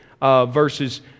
verses